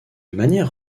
manière